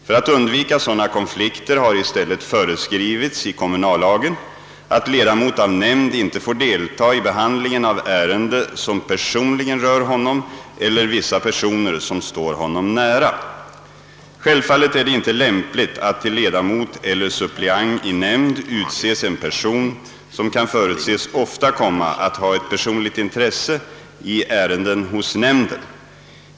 För att undvika sådana konflikter har i stället föreskrivits i kommunallagen, att ledamot av nämnd inte får delta i behandlingen av ärende som personligen rör honom eller vissa personer som står honom nära. Självfallet är det inte lämpligt att till ledamot eller suppleant i nämnd utses en person som kan förutses ofta komma att ha ett personligt intresse i ärenden hos nämnden.